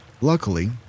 Luckily